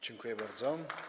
Dziękuję bardzo.